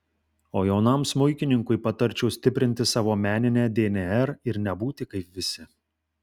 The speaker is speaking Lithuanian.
o jaunam smuikininkui patarčiau stiprinti savo meninę dnr ir nebūti kaip visi